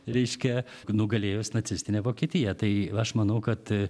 reiškia nugalėjus nacistinę vokietiją tai aš manau kad